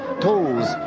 toes